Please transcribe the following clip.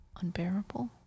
Unbearable